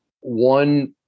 one